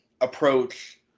approach